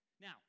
Now